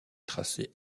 tracé